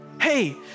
hey